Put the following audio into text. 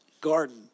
garden